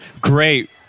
Great